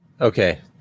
Okay